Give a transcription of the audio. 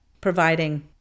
providing